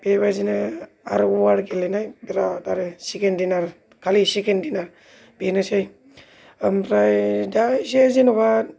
बेबायदिनो आर अ आर गेलेनाय बिरात आरो चिकेन डिनार खालि चिकेन डिनार बेनोसै आमफ्राय दा एसे जेनबा